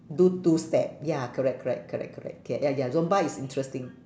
do two step ya correct correct correct correct K ya ya zumba is interesting